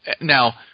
Now